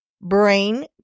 brain